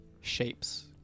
shapes